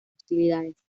hostilidades